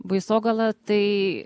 baisogala tai